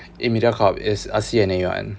in mediacorp is uh C_N_A [one]